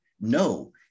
No